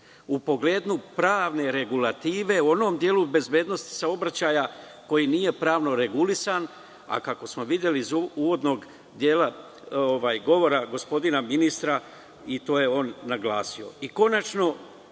u pogledu pravne regulative u onom delu bezbednosti saobraćaja koji nije pravno regulisan, a kako smo videli iz uvodnog govora gospodina ministra, i to je on naglasio.